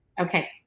Okay